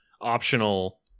optional